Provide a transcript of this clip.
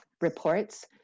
reports